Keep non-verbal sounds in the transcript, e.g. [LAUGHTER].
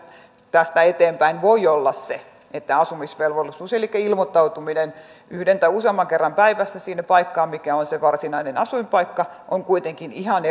tästä eteenpäin voi olla se asumisvelvollisuus elikkä ilmoittautuminen yhden tai useamman kerran päivässä sinne paikkaan mikä on se varsinainen asuinpaikka se on kuitenkin ihan [UNINTELLIGIBLE]